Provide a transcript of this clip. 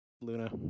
Luna